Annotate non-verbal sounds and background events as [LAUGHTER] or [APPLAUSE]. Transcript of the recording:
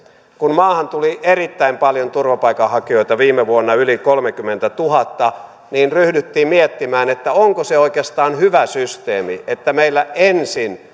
kun maahan tuli erittäin paljon turvapaikanhakijoita viime vuonna yli kolmekymmentätuhatta niin ryhdyttiin miettimään että onko se oikeastaan hyvä systeemi että meillä ensin [UNINTELLIGIBLE]